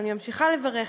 ואני ממשיכה לברך,